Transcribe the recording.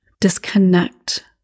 disconnect